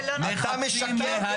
אתה משקר.